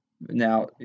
Now